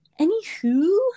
anywho